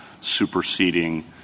superseding